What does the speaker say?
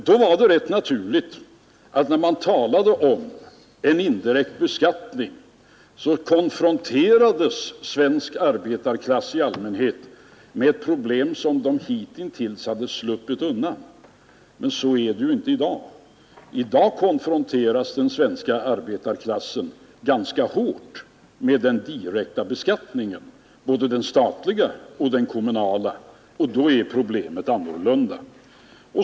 Det var därför rätt naturligt att när man började tala om en indirekt beskattning konfronterades svensk arbetarklass i allmänhet med problem som den ditintills hade sluppit undan, men så är det ju inte i dag. I dag konfronteras den svenska arbetarklassen ganska hårt med den direkta beskattningen, både den statliga och den kommunala, och då är problemet annorlunda.